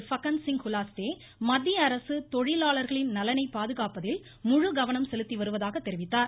ஃபக்கன்சிங் குலாஸ்தே மத்தியஅரசு தொழிலாளர்களின் நலனைப் பாதுகாப்பதில் முழு கவனம் செலுத்தி வருவதாக தெரிவித்தார்